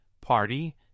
party